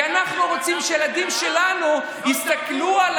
כי אנחנו רוצים שהילדים שלנו יסתכלו על